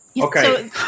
Okay